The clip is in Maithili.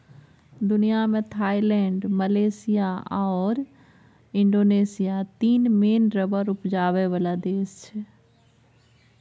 दुनियाँ मे थाइलैंड, मलेशिया आओर इंडोनेशिया तीन मेन रबर उपजाबै बला देश छै